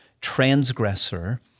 transgressor